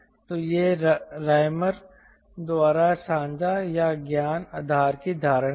तो यह रायमर द्वारा साझा या ज्ञान आधार की धारणा है